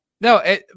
no